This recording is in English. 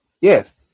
Yes